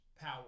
power